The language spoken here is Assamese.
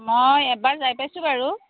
মই এবাৰ যাই পাইছোঁ বাৰু